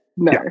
no